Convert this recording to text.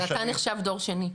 ואתה נחשב דור שני.